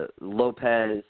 Lopez